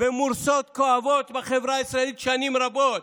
במורסות כואבות בחברה הישראלית שנים רבות.